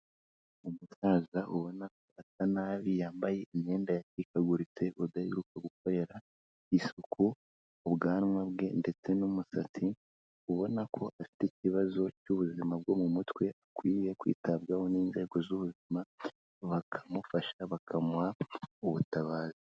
Umusaza ubonako asa nabi, yambaye imyenda yacikaguritse badaheruka gukorera isuku, ubwanwa bwe ndetse n'umusatsi ,ubona ko afite ikibazo cy'ubuzima bwo mu mutwe, akwiye kwitabwaho n'inzego z'ubuzima, bakamufasha, bakamuha ubutabazi.